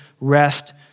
rest